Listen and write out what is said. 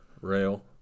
rail